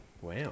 Wow